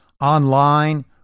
online